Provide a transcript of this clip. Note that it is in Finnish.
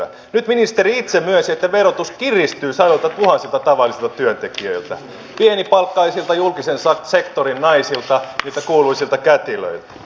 nyt ministeri itse myönsi että verotus kiristyy sadoiltatuhansilta tavallisilta työntekijöiltä pienipalkkaisilta julkisen sektorin naisilta niiltä kuuluisilta kätilöiltä